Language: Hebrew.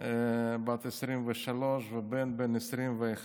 בת 23, הבן, בן 21,